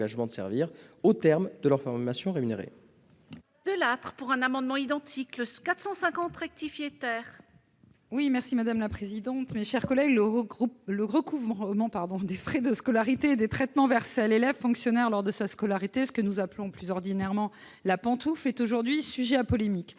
au terme de leur formation rémunérée.